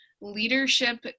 leadership